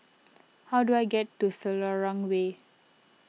how do I get to Selarang Way